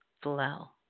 flow